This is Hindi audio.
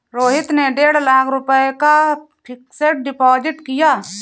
रोहित ने डेढ़ लाख रुपए का फ़िक्स्ड डिपॉज़िट किया